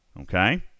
Okay